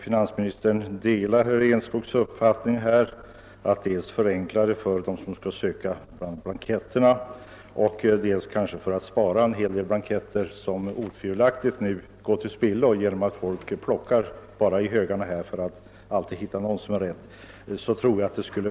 Finansministern delar alltså herr Enskogs åsikt att något bör göras dels för att förenkla för dem som skall söka bland blanketterna, dels kanske för att spara en hel del blanketter, som otvivelaktigt nu går till spillo därför att folk plockar i högarna för att alltid hitta någon som är riktig.